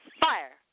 fire